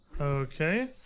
Okay